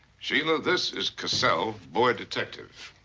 shela, this is caselle, boy detective.